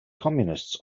communists